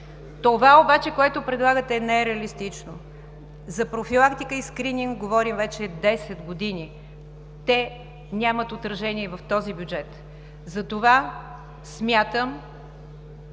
Това обаче, което предлагате, е нереалистично. За профилактика и скрининг говорим вече десет години. Те нямат отражение в този бюджет. Затова смятам,